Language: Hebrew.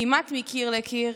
כמעט מקיר לקיר: